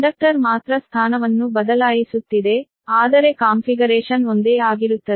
conductor ಮಾತ್ರ ಸ್ಥಾನವನ್ನು ಬದಲಾಯಿಸುತ್ತಿದೆ ಆದರೆ ಕಾನ್ಫಿಗರೇಶನ್ ಒಂದೇ ಆಗಿರುತ್ತದೆ